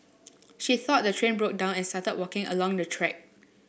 she thought the train broke down and started walking along the track